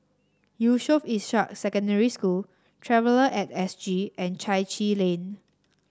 Yusof Ishak Secondary School Traveller at S G and Chai Chee Lane